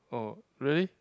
oh really